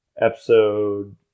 episode